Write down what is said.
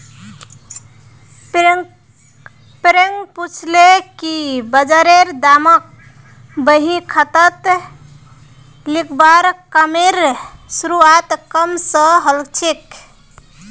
प्रियांक पूछले कि बजारेर दामक बही खातात लिखवार कामेर शुरुआत कब स हलछेक